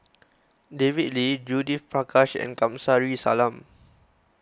David Lee Judith Prakash and Kamsari Salam